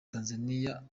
tanzania